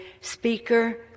speaker